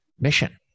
mission